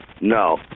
no